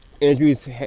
Injuries